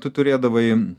tu turėdavai